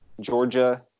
Georgia